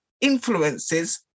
influences